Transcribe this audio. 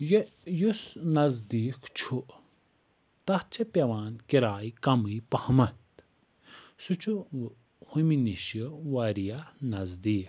یہِ یُس نَزدیٖک چھُ تتھ چھِ پیٚوان کِرایہِ کمٕے پَہمَتھ سُہ چھُ ہوٚمہِ نِش واریاہ نَزدیٖک